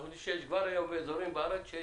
אנחנו יודעים שיש כבר חלקים שעובד באזורים בארץ,